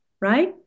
right